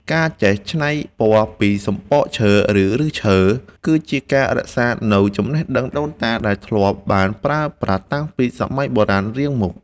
ការចេះច្នៃពណ៌ពីសំបកឈើ ឬ ឫសឈើ គឺជាការរក្សានូវចំណេះដឹងដូនតាដែលធ្លាប់បានប្រើប្រាស់តាំងពីសម័យបុរាណរៀងមក។